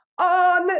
on